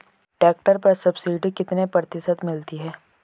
Tractor पर subsidy कितने प्रतिशत मिलती है?